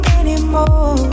anymore